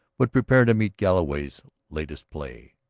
would prepare to meet galloway's latest play.